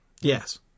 Yes